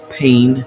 pain